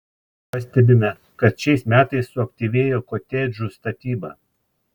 pastebime kad šiais metais suaktyvėjo kotedžų statyba